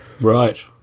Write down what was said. Right